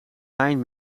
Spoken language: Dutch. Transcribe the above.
lijn